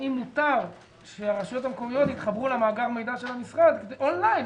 האם מותר שהרשויות המקומיות התחברו למאגר מידע של המשרד באון-ליין,